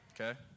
Okay